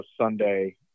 Sunday